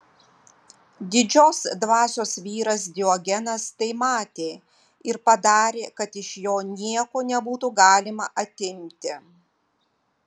didžios dvasios vyras diogenas tai matė ir padarė kad iš jo nieko nebūtų galima atimti